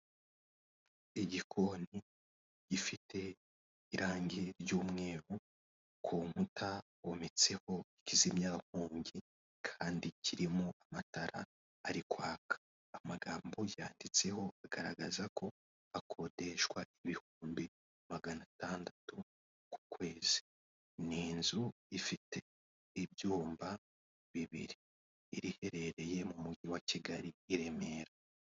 Igikoni gifite irangi ry'umweru, ku inkuta hometseho ikizimyankongi kandi kirimo amatara ari kwaka. Amagambo yanditseho agaragaza ko akodeshwa ibihumbi magana atandatu ku kwezi, Ni inzu ifite ibyumba bibiri iriherereye mu mujyi wa kigali i Remera.